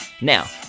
Now